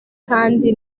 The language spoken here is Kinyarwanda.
kandi